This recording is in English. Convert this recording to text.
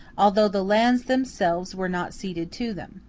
although the lands themselves were not ceded to them.